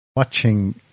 Watching